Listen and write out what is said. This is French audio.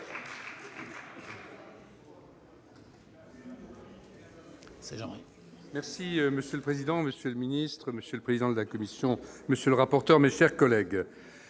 Merci